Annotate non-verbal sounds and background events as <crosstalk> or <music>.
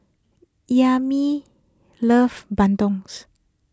<unintelligible> loves Bandungs